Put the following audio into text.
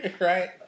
right